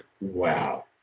wow